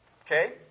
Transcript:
Okay